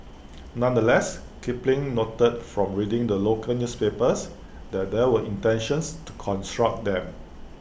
nonetheless Kipling noted from reading the local newspapers that there were intentions to construct them